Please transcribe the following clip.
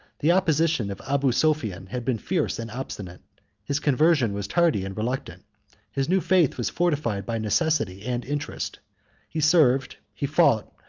the opposition of abu sophian had been fierce and obstinate his conversion was tardy and reluctant his new faith was fortified by necessity and interest he served, he fought,